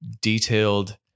detailed